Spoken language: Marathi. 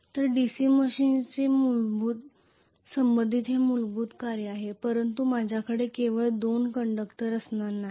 तर DC मशिनशी संबंधित हे मूलभूत कार्य आहे परंतु माझ्याकडे केवळ दोन कंडक्टर असणार नाहीत